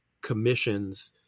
commissions